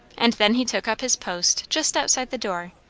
and then he took up his post just outside the door,